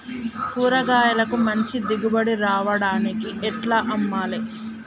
కూరగాయలకు మంచి దిగుబడి రావడానికి ఎట్ల అమ్మాలే?